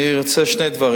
אני ארצה לומר שני דברים,